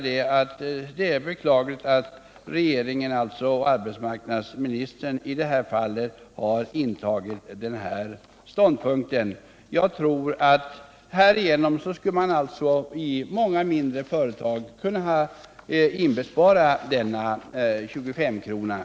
Det är dock beklagligt att regeringen och arbetsmarknadsministern har intagit denna ståndpunkt. Om regeringen hade biträtt förslaget, skulle vi i många mindre företag ha kunnat inbespara 25-kronan.